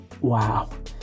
Wow